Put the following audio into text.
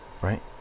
Right